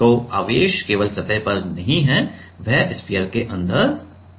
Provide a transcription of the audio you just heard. तो आवेश केवल सतह पर नहीं है यह स्फीयर के अंदर भी है